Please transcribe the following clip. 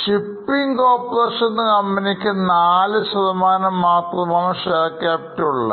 shipping corporation എന്ന കമ്പനിക്ക് നാലു ശതമാനംമാത്രമാണ് Share Capital ഉള്ളത്